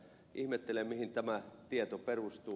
ihmettelen mihin tämä tieto perustuu